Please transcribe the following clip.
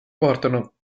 portano